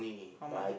how much